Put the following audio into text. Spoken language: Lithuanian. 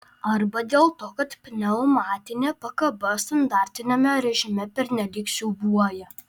arba dėl to kad pneumatinė pakaba standartiniame režime pernelyg siūbuoja